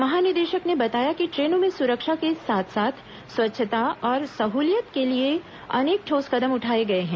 महानिदेशक ने बताया कि ट्रेनों में सुरक्षा के साथ साथ स्वच्छता और सहूलियत के लिए अनेक ठोस कदम उठाए गए हैं